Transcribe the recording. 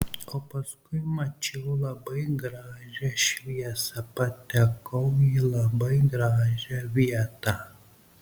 o paskui mačiau labai gražią šviesą patekau į labai gražią vietą